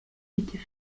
était